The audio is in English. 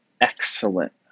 excellent